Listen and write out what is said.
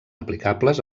aplicables